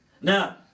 Now